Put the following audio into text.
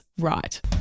right